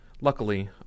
Luckily